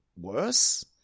worse